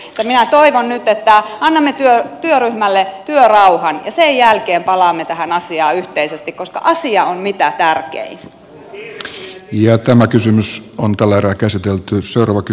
minä toivon nyt että annamme työryhmälle työrauhan ja sen jälkeen palaamme tähän asiaan yhteisesti koska asia on mitä lääkkeitä ja tämä kysymys on tällä erää käsitelty iso tärkein